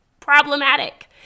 problematic